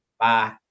Bye